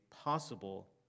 possible